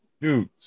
Dude